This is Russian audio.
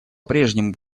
прежнему